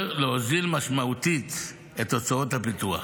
להוזיל משמעותית את הוצאות הפיתוח.